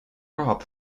rob